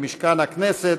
למשכן הכנסת,